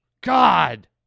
God